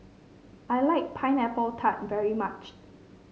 I like Pineapple Tart very much